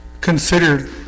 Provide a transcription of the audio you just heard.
considered